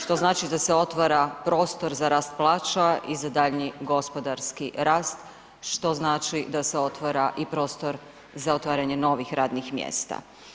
Što znači da se otvara prostor za rast plaća i za daljnji gospodarski rast, što znači da se otvara i prostor za otvaranje novih radnih mjesta.